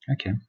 Okay